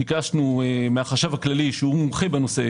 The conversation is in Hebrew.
ביקשנו מהחשב הכללי שהוא מומחה בנושא,